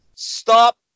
Stop